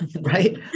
Right